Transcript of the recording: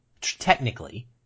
technically